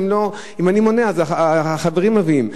אם אני מונע, החברים מביאים.